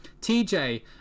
TJ